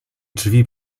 drzwi